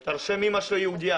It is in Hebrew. אתה רושם 'אמא שלו יהודייה'?